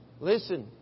listen